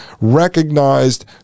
recognized